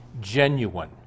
genuine